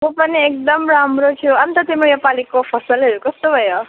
म पनि एकदम राम्रो छु अन्त तिम्रो योपालिको फसलहरू कस्तो भयो